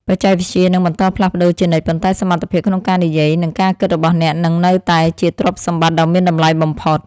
បច្ចេកវិទ្យានឹងបន្តផ្លាស់ប្តូរជានិច្ចប៉ុន្តែសមត្ថភាពក្នុងការនិយាយ និងការគិតរបស់អ្នកនឹងនៅតែជាទ្រព្យសម្បត្តិដ៏មានតម្លៃបំផុត។